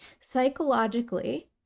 psychologically